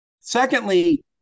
Secondly